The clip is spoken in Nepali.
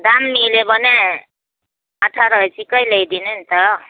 दाम मिल्यो भने अठार इन्चीकै ल्याइदिनु नि त